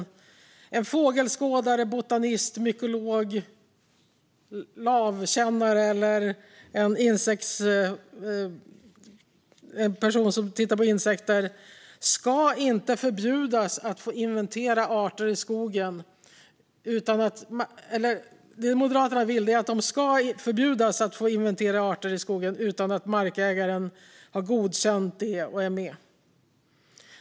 Det Moderaterna vill är att en fågelskådare, en botanist, en mykolog, en lavkännare eller en person som tittar på insekter ska förbjudas att inventera arter i skogen utan att markägaren har godkänt det.